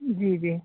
जी जी